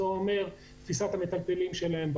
תפיסת המיטלטלים שלהם.